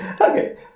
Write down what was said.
Okay